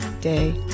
day